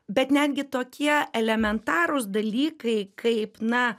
bet netgi tokie elementarūs dalykai kaip na